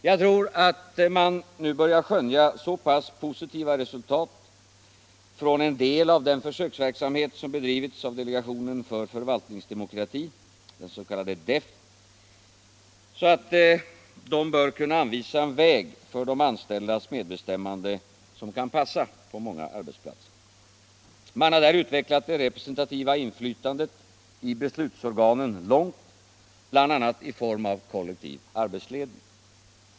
Jag tror att man nu börjar skönja så pass positiva resultat från en del av den försöksverksamhet som bedrivits av delegationen för förvaltningsdemokrati, den s.k. DEFF, att det bör kunna anvisas en väg för de anställdas medbestämmande som kan passa på många arbetsplatser. Man har där utvecklat det representativa inflytandet i beslutsorganen långt — bl.a. i form av kollektiv arbetsledning.